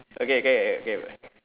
okay K K K bye